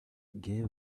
gave